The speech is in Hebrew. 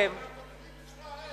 מהתומכים שלך אין.